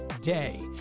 day